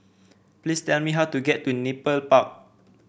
please tell me how to get to Nepal Park